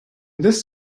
this